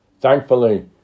Thankfully